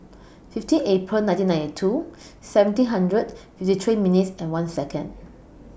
fifteen April nineteen ninety two seventeen hundred fifty three minutes one Second